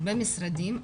הרבה משרדים,